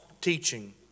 teaching